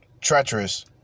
Treacherous